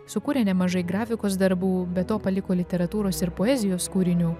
sukūrė nemažai grafikos darbų be to paliko literatūros ir poezijos kūrinių